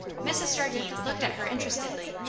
mrs. jardine looked at her interestedly.